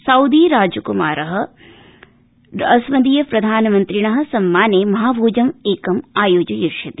Saudi राजक्मार अस्मदीय प्रधानमन्त्रिण सम्माने महाभोजमेकम् आयोजयिष्यति